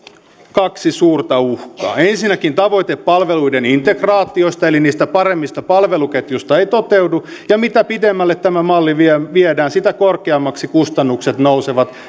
kaksi suurta uhkaa ensinnäkin tavoite palveluiden integraatiosta eli niistä paremmista palveluketjuista ei toteudu ja mitä pidemmälle tämä malli viedään sitä korkeammaksi kustannukset nousevat